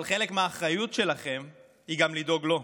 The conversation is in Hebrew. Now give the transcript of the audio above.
אבל חלק מהאחריות שלכם היא לדאוג גם לו.